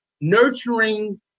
nurturing